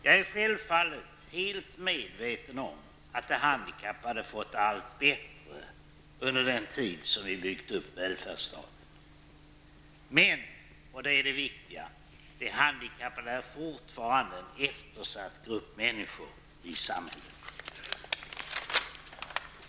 Jag är självfallet helt medveten om att de handikappade fått det allt bättre under den tid som vi har byggt upp välfärdsstaten. Men -- och det är det viktiga -- de handikappade är fortfarande en eftersatt grupp människor i samhället.